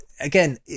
again